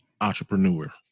entrepreneur